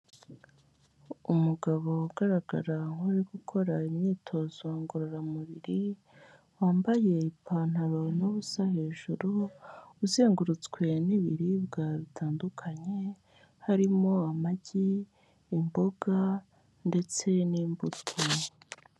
Umugabo ugaragara nk'uri gukora imyitozo ngororamubiri, wambaye ipantaro n'ubusa hejuru, uzengurutswe n'ibiribwa bitandukanye harimo amagi, imboga ndetse n'imbuto.